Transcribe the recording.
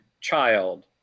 child